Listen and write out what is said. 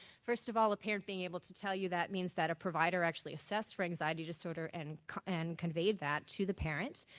first of all a parent being able to tell you that means that a provider actually assessed for anxiety disorder and and conveyed that to the parent.